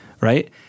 Right